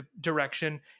direction